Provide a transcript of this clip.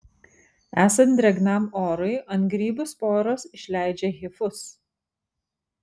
esant drėgnam orui ant grybų sporos išleidžia hifus